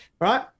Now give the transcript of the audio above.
Right